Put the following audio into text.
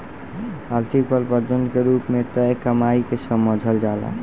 आर्थिक प्रबंधन के रूप में तय कमाई के समझल जाला